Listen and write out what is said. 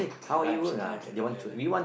lunch lunch and all that lah